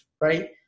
right